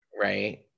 Right